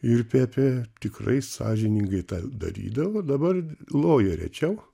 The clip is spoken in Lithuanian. ir pepė tikrai sąžiningai tą darydavo dabar loja rečiau